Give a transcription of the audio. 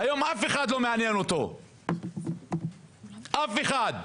היום זה לא מעניין אף אחד, אף אחד.